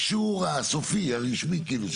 האישור הסופי, הרשמי.